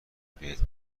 بهت